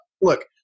look